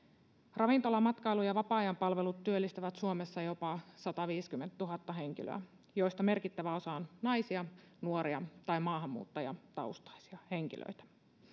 ravintola matkailu ja vapaa ajanpalvelut työllistävät suomessa jopa sataviisikymmentätuhatta henkilöä joista merkittävä osa on naisia nuoria tai maahanmuuttajataustaisia henkilöitä